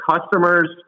customers